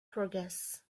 progress